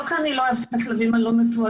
לא כי אני לא אוהבת את הכלבים הלא מתועדים,